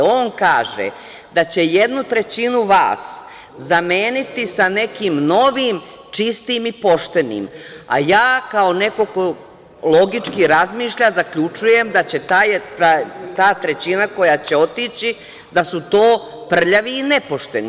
On kaže da će jednu trećinu vas zameniti sa nekim novim čistim i poštenim, a ja kao neko ko logički razmišlja zaključujem da ta trećina koja će otići su to prljavi i nepošteni.